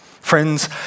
friends